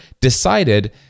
decided